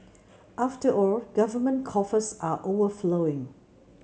after all government coffers are overflowing